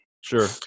Sure